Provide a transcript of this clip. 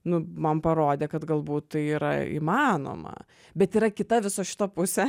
nu man parodė kad galbūt tai yra įmanoma bet yra kita viso šito pusė